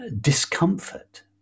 discomfort